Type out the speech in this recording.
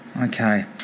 Okay